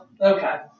okay